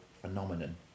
phenomenon